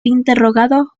interrogado